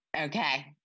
Okay